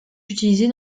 utilisé